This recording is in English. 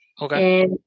Okay